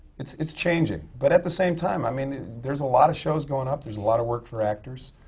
it's it's changing. but at the same time, i mean, there's a lot of shows going up. there's a lot of work for actors.